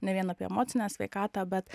ne vien apie emocinę sveikatą bet